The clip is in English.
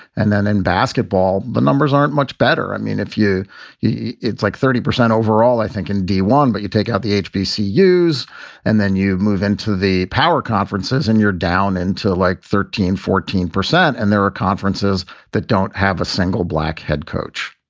and then in basketball, the numbers aren't much better. i mean, if you you it's like thirty percent overall, i think, in d one. but you take out the hpc use and then you move into the power conferences and you're down into like thirteen, fourteen percent. and there are conferences that don't have a single black head coach.